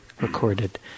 recorded